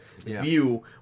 view